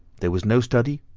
there was no study,